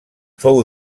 fou